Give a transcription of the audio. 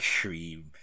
cream